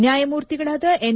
ನ್ಕಾಯಮೂರ್ತಿಗಳಾದ N